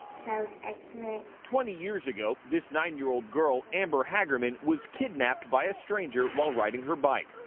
was excellent twenty years ago this nine year old girl, amber hagerman, was kidnapped by a stranger while riding her bike.